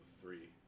three